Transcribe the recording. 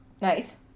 Nice